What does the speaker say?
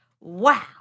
Wow